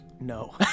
No